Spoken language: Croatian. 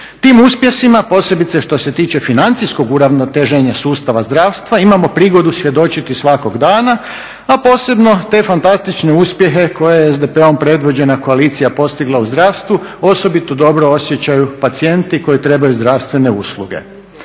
Tim uspjesima posebno što se tiče financijskog uravnoteženja sustava zdravstva imamo prigodu svjedočiti svakoga dana a posebno te fantastične uspjehe koje SDP-om predvođena koalicija postigla u zdravstvu osobito dobro osjećaju pacijenti koji trebaju zdravstvene usluge.